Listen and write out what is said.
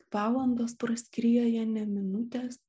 valandos praskrieja ne minutės